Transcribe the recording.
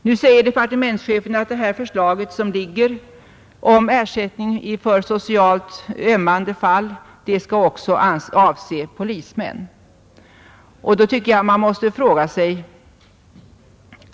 Nu säger departementschefen att det föreliggande förslaget om ersättning för socialt ömmande fall också skall avse polismän.